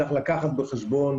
צריך לקחת בחשבון,